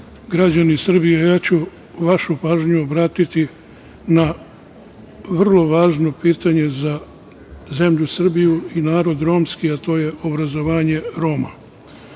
građani Srbije, ja ću vašu pažnju vratiti na vrlo važno pitanje za zemlju Srbiju i narod romski, a to je obrazovanje Roma. Svoja